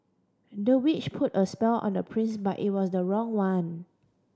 the witch put a spell on the prince but it was the wrong one